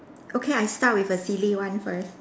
okay I start with a silly one first